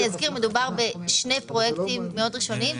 אני אזכיר שמדובר בשני פרויקטים מאוד ראשוניים.